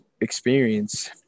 experience